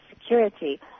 security